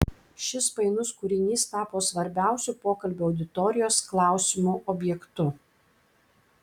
šis painus kūrinys tapo svarbiausiu pokalbio auditorijos klausimų objektu